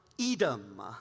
Edom